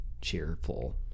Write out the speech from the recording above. cheerful